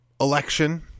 election